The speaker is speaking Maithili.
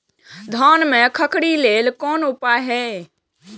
धान में खखरी लेल कोन उपाय हय?